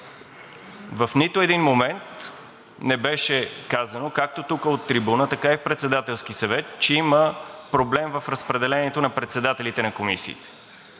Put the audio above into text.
В нито един момент не беше казано както тук от трибуната, така и на Председателския съвет, че има проблем в разпределението на председателите на комисиите.